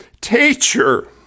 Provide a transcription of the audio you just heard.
Teacher